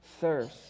thirst